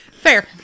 Fair